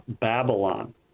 Babylon